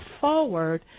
forward